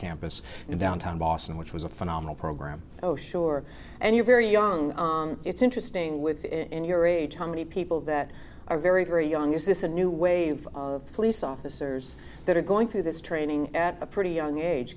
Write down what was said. campus in downtown boston which was a phenomenal program oh sure and you're very young it's interesting with in your age how many people that are very very young is this a new wave of police officers that are going through this training at a pretty young age